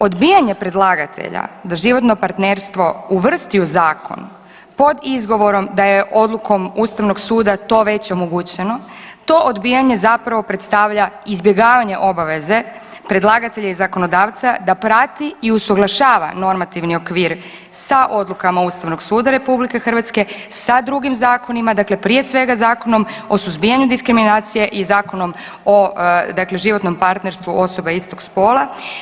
Odbijanje predlagatelja da životno partnerstvo uvrsti u zakon pod izgovorom da je odlukom Ustavnog suda to već omogućeno to odbijanje zapravo predstavlja izbjegavanje obaveze predlagatelja i zakonodavca da prati i usuglašava normativni okvir sa odlukama Ustavnog suda RH, sa drugim zakonima, dakle prije svega Zakonom o suzbijanju diskriminacije i Zakonom o dakle životnom partnerstvu osoba istog spola.